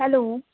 hello